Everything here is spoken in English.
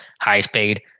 highest-paid